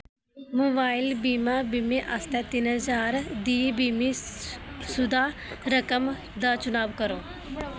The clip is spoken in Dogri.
मोबाइल बीमा बीमे आस्तै तिन्न ज्हार दी बीमाशुदा रकम दा चुनाव करो